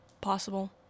possible